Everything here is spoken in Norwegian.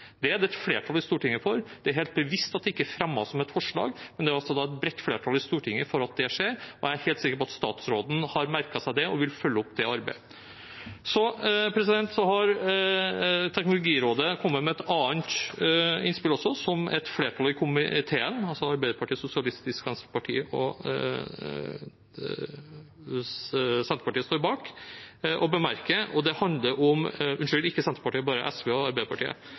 Det er det flertall i Stortinget for. Det er helt bevisst at det ikke er fremmet som et forslag, men det er et bredt flertall i Stortinget for at det skal skje, og jeg er helt sikker på at statsråden har merket seg det og vil følge opp det arbeidet. Teknologirådet har kommet med et annet innspill også, som et mindretall i komiteen, Arbeiderpartiet og Sosialistisk Venstreparti, står bak. Det handler om behovet for en ny digital samfunnskontrakt. Når digitaliseringen nå slår inn og